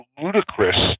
ludicrous